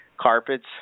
carpets